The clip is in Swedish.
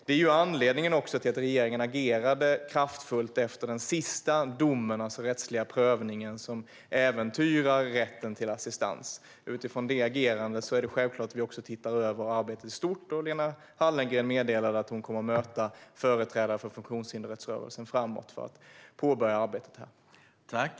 Det är anledningen till att regeringen agerade kraftfullt efter den senaste domen och rättsliga prövningen som äventyrar rätten till assistans. Utifrån detta agerande är det självklart att vi även ser över arbetet i stort. Lena Hallengren meddelade att hon kommer att möta företrädare för funktionshindersrättsrörelsen framöver för att påbörja arbetet med detta.